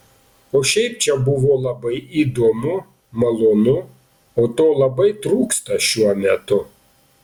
o šiaip čia buvo labai įdomu malonu o to labai trūksta šiuo metu